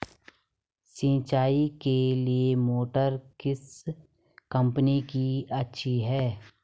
सिंचाई के लिए मोटर किस कंपनी की अच्छी है?